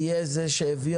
תהיה זה שהביא